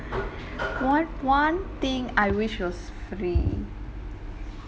one one thing I wish was free